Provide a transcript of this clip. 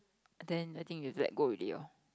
then I think you've let go already orh